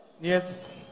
Yes